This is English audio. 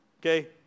Okay